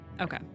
Okay